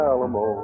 Alamo